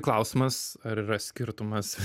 klausimas ar yra skirtumas